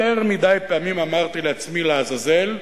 יותר מדי פעמים אמרתי לעצמי: לעזאזל,